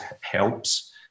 helps